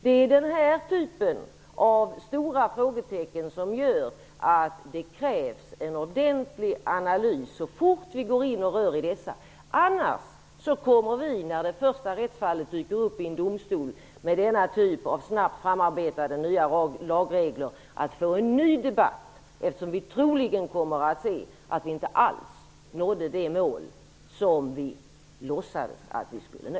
Det är den typen av stora frågetecken som gör att det krävs en ordentlig analys så fort vi rör om i dessa saker. Annars kommer det att i samband med att det första rättsfallet dyker upp i domstol med denna typ av snabbt utarbetade nya lagregler att bli en ny ebatt. Vi kommer troligen att se att vi inte alls har nått det mål som vi låtsades att vi skulle nå.